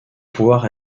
pouvoir